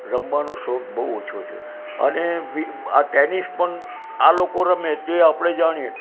રમવાનો શોખ બોહુ ઓછો છે અને આ ટેનિસ પણ આ લોકો રમે તે આપણે જાણીએ